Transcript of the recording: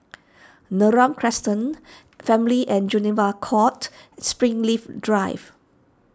Neram Crescent Family and Juvenile Court Springleaf Drive